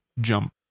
jump